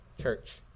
church